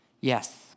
Yes